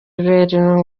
rurerure